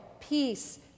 peace